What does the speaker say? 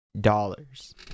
dollars